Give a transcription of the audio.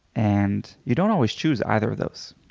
and you don't always choose either of those.